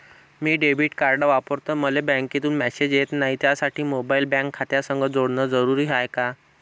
मी debit card वापरतो मले बँकेतून मॅसेज येत नाही, त्यासाठी मोबाईल बँक खात्यासंग जोडनं जरुरी हाय का?